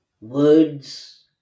words